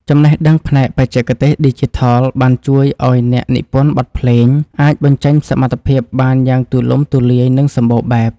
ចំណេះដឹងផ្នែកបច្ចេកទេសឌីជីថលបានជួយឱ្យអ្នកនិពន្ធបទភ្លេងអាចបញ្ចេញសមត្ថភាពបានយ៉ាងទូលំទូលាយនិងសម្បូរបែប។